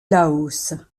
laos